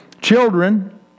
children